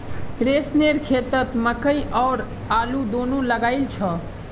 रोशनेर खेतत मकई और आलू दोनो लगइल छ